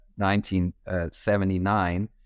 1979